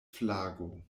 flago